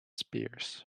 spears